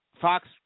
Fox